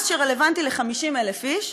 מס שרלוונטי ל-50,000 איש,